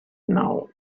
now